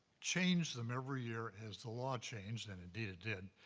change them every year as the law changed, and indeed it did,